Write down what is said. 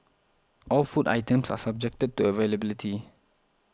all food items are subjected to availability